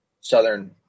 southern